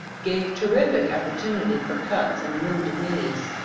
gave terrific opportunity for cuts and wounded knees.